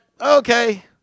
okay